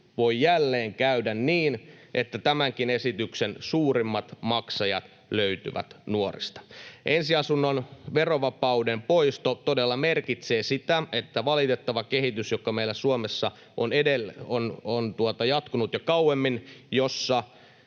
voi jälleen käydä niin, että tämänkin esityksen suurimmat maksajat löytyvät nuorista. Ensiasunnon verovapauden poisto todella merkitsee sitä, että valitettava kehitys, joka meillä Suomessa on jatkunut jo kauemmin, missä